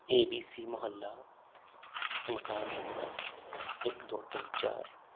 ਏ B C ਮੁਹੱਲਾ ਮਕਾਨ number ਇਕ ਦੋ ਤਿੰਨ ਚਾਰ